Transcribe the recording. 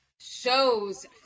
shows